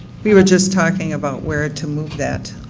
we were just talking about where to move that,